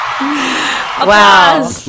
Wow